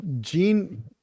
gene